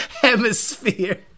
Hemisphere